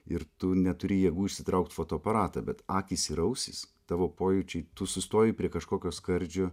ir tu neturi jėgų išsitraukt fotoaparatą bet akys ir ausys tavo pojūčiai tu sustoji prie kažkokio skardžio